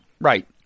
Right